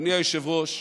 אדוני היושב-ראש,